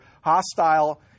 Hostile